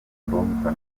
affronta